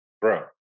bro